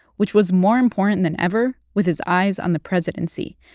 which was more important than ever with his eyes on the presidency.